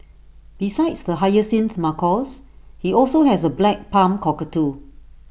besides the hyacinth macaws he also has A black palm cockatoo